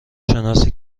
شناسی